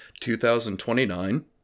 2029